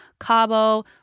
Cabo